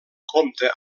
compta